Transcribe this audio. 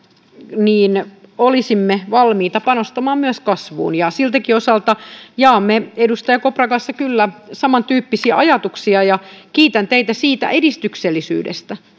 niin olisimme valmiita myös panostamaan kasvuun siltäkin osalta jaamme edustaja kopran kanssa kyllä samantyyppisiä ajatuksia ja kiitän teitä siitä edistyksellisyydestä